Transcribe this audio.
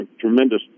tremendous